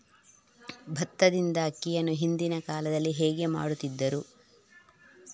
ಭತ್ತದಿಂದ ಅಕ್ಕಿಯನ್ನು ಹಿಂದಿನ ಕಾಲದಲ್ಲಿ ಹೇಗೆ ಮಾಡುತಿದ್ದರು?